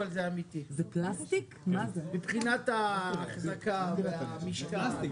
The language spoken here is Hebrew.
אבל זה אמיתי מבחינת ההחזקה והמשקל.